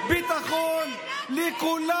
נקמה.